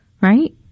right